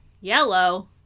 Yellow